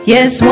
Yes